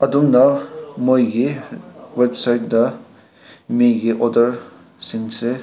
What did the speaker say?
ꯑꯗꯨꯝꯅ ꯃꯣꯏꯒꯤ ꯋꯦꯞꯁꯥꯏꯠꯇ ꯃꯤꯒꯤ ꯑꯣꯗꯔꯁꯤꯡꯁꯦ